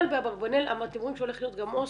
אבל באברבנאל --- שהולך להיות גם הוסטל.